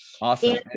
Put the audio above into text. Awesome